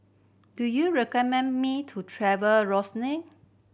do you recommend me to travel